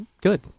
Good